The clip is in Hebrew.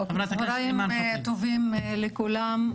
צהריים טובים לכולם.